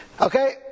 Okay